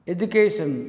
Education